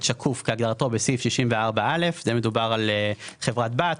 שקוף כהגדרתו בסעיף 64(א); מדובר על חברת בת,